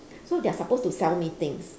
so they are supposed to sell me things